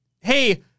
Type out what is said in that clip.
Hey